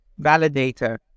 validator